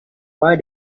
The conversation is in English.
why